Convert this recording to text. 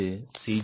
இது C